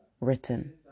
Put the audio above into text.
written